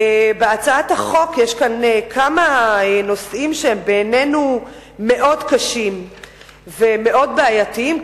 בהצעת החוק יש כמה נושאים שבעינינו הם מאוד קשים ומאוד בעייתיים,